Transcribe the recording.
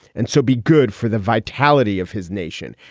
and so be good for the vitality of his nation.